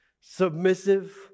submissive